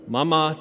Mama